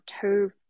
two